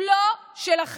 הוא לא שלכם.